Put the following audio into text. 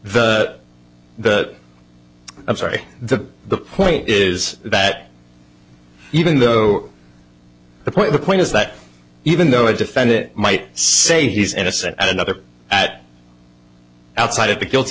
the that i'm sorry the the point is that even though the point the point is that even though i defend it might say he's innocent and another that outside of the kilty